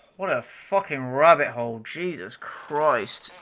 what a f-king rabbit hole, jesus christ!